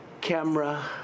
camera